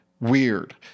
weird